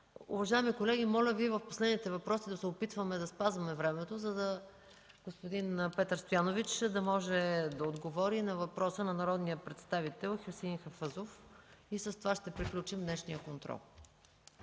Уважаеми колеги, моля Ви в последните въпроси да се опитваме да спазваме времето, за да може господин Петър Стоянович да отговори на въпроса на народния представител Хюсеин Хафъзов и с това ще приключим днешния контрол.